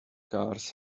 cars